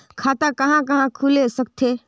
खाता कहा कहा खुल सकथे?